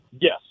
Yes